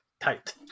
tight